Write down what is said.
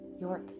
York